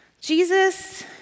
Jesus